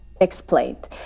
explained